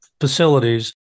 facilities